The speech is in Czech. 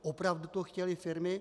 Opravdu to chtěly firmy?